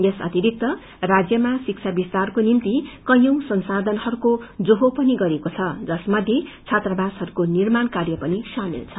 यस अतिरिक्त राज्यमा शिब्रा विस्तारको निभ्ति कैयौं संखाचनहरूको जोहो पनि गरिएको छ जसमध्ये छत्रावाहरूको निर्माण गरिने पनि सामेल छ